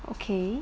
okay